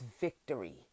victory